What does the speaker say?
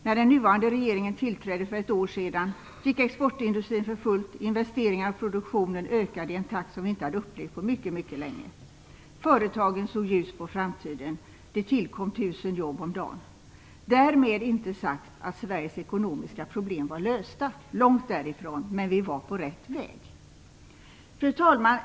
När den nuvarande regeringen tillträdde för ett år sedan gick exportindustrin för fullt och investeringarna och produktionen ökade i en takt som vi inte hade upplevt på mycket mycket länge. Företagen såg ljust på framtiden. Det tillkom 1 000 jobb om dagen. Därmed har jag inte sagt att Sveriges ekonomiska problem var lösta - långt därifrån - men vi var på rätt väg. Fru talman!